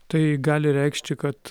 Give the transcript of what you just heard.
tai gali reikšti kad